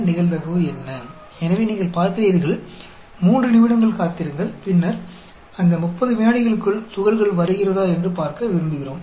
तो आप देखते हैं 3 मिनट के लिए प्रतीक्षा करें और फिर हम यह देखना चाहते हैं कि क्या कण उस 30 सेकंड के भीतर आते हैं या हम अपना गीगर काउंटर शुरू करते हैं और 30 सेकंड के भीतर हम एक कण का पता लगाते हैं